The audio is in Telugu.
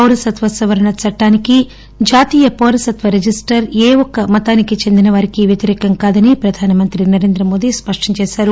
పౌరసత్వ సవరణ చట్టానికి జాతీయ పౌరసత్వ రిజిస్టర్ ఏ ఒక్క మతానికి చెందిన వారితో ప్రమేయం లేదని ప్రధాన మంత్రి నరేంద్ర మోదీ స్పష్టం చేశారు